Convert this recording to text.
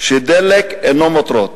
שדלק אינו מותרות.